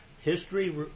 history